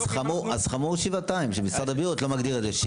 אז חמור שבעתיים שמשרד הבריאות לא מגדיר את זה.